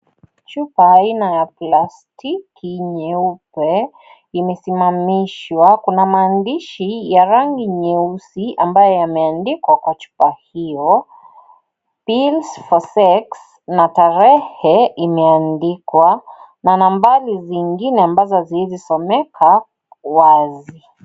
Chupa aina ya plastiki nyeupe imesimamishwa kuna maandishi ya rangi nyeusi ambayo yamepandikwa Kwa chupa hiyo for (CS)pills for sex(CS)na tarehe imeandikwa na nambari ingine ambazo zinasomeka wazi.